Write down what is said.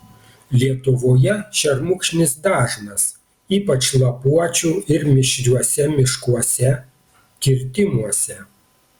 lietuvoje šermukšnis dažnas ypač lapuočių ir mišriuose miškuose kirtimuose